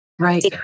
Right